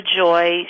joy